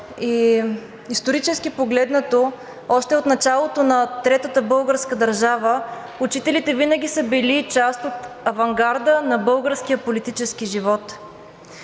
исторически погледнато още от началото на Третата българска държава учителите винаги са били част от авангарда на българския политически живот.